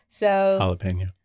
Jalapeno